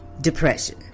depression